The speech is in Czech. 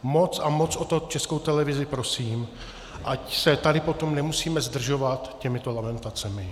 Moc a moc o to Českou televizi prosím, ať se tady potom nemusíme zdržovat těmito lamentacemi.